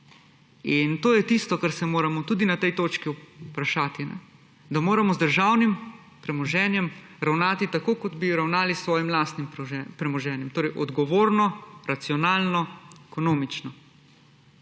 In to je tisto, kar se moramo tudi na tej točki vprašati, da moramo z državnim premoženjem ravnati tako, kot bi ravnali s svojim lastnim premoženjem, torej odgovorno, racionalno, ekonomično,